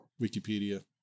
wikipedia